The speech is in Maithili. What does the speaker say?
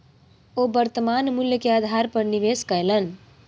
ओ वर्त्तमान मूल्य के आधार पर निवेश कयलैन